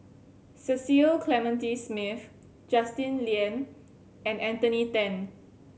Cecil Clementi Smith Justin Lean and Anthony Then